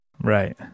Right